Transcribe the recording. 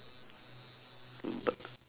bu~